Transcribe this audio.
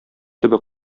төбе